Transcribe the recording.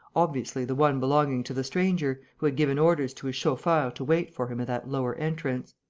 obviously the one belonging to the stranger, who had given orders to his chauffeur to wait for him at that lower entrance.